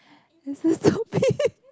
this is stupid